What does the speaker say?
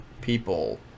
people